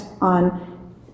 on